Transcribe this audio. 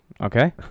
Okay